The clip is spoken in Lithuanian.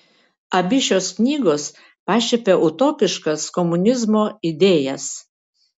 abi šios knygos pašiepia utopiškas komunizmo idėjas